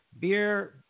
Beer